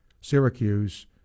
Syracuse